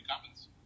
comments